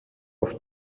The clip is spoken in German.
auf